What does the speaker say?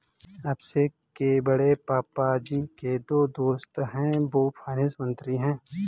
अभिषेक के बड़े पापा जी के जो दोस्त है वो फाइनेंस मंत्री है